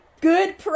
good